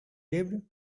lived